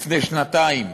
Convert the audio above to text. לפני שנתיים